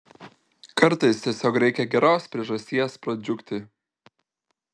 kartais tiesiog reikia geros priežasties pradžiugti